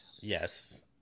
Yes